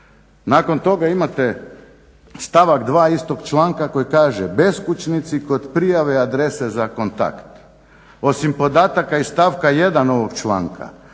Nakon toga imate stavak 2. istog članka koji kaže: "Beskućnici kod prijave adrese za kontakt." Osim podataka iz stavka 1. Ovog članka